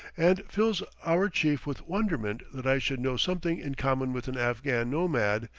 and fills our chief with wonderment that i should know something in common with an afghan nomad,